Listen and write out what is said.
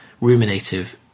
ruminative